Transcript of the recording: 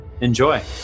enjoy